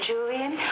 Julian